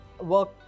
Work